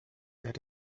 that